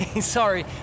sorry